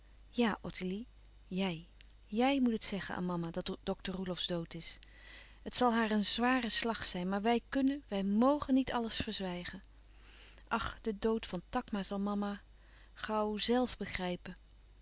ja ottilie jij jij moest het zeggen aan mama dat dokter roelofsz dood is het zal haar een zware slag zijn maar wij kunnen wij mgen niet alles verzwijgen ach de dood van takma zal mama gauw zèlf begrijpen